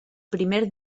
primer